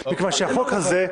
מכיוון שהחוק הזה,